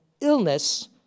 illness